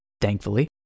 Thankfully